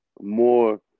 more